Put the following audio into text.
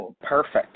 Perfect